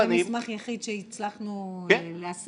זה מסמך יחיד שהצלחנו להשיג,